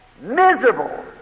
miserable